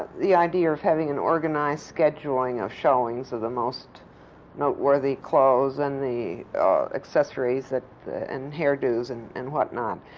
the idea of having an organized scheduling of showings of the most noteworthy clothes, and the accessories that and hairdos and and whatnot.